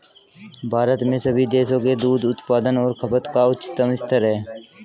भारत में सभी देशों के दूध उत्पादन और खपत का उच्चतम स्तर है